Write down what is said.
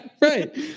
right